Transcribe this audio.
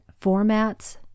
formats